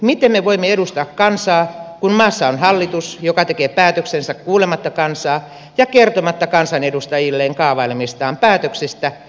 miten me voimme edustaa kansaa kun maassa on hallitus joka tekee päätöksensä kuulematta kansaa ja kertomatta kansanedustajilleen kaavailemistaan päätöksistä